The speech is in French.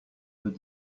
feux